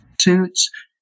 suits